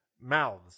mouths